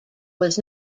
was